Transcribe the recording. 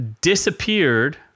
disappeared